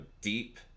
deep